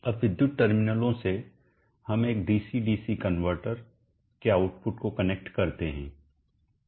अब विद्युत टर्मिनलों से हम एक डीसी डीसी कनवर्टर के आउटपुट को कनेक्ट करते हैं